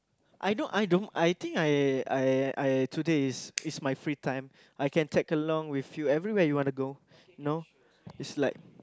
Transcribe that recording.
I don't I don't I think I I I today is is my free time I can tag along with you everywhere you wanna go no is like